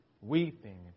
weeping